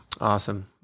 Awesome